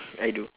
I do